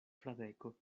fradeko